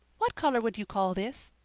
what color would you call this?